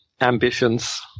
ambitions